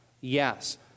Yes